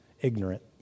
ignorant